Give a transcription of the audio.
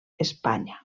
espanya